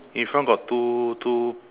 in front got two two